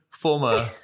former